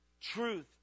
truth